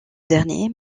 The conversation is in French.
dernier